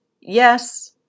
yes